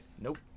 Nope